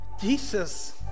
Jesus